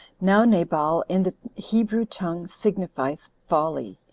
now nabal, in the hebrew tongue, signifies folly.